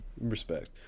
Respect